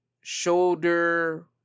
shoulder